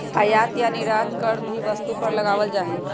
आयात या निर्यात कर भी वस्तु पर लगावल जा हई